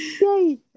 Yay